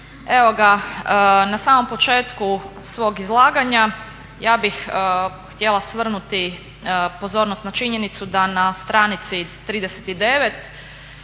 Evo na samom početku svog izlaganja ja bih htjela osvrnuti pozornost na činjenicu da na stranici 39